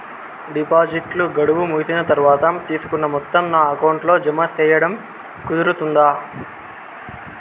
డిపాజిట్లు గడువు ముగిసిన తర్వాత, తీసుకున్న మొత్తం నా అకౌంట్ లో జామ సేయడం కుదురుతుందా?